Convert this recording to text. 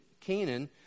Canaan